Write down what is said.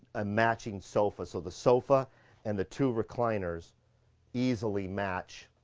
a matching sofa. so the sofa and the two recliners easily match